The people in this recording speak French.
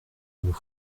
nous